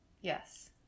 Yes